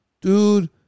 Dude